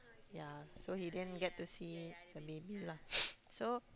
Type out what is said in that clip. ya so he didn't get to see the baby lah so